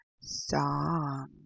song